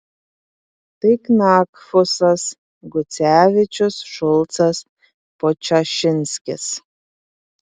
tai knakfusas gucevičius šulcas podčašinskis